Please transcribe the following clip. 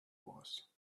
was